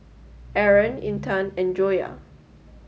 Aaron Intan and Joyah